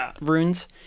runes